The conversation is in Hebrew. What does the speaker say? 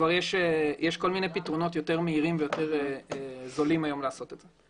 יש כל מיני פתרונות מהירים יותר וזולים יותר לעשות את זה.